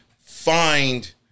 find